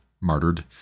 martyred